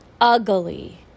ugly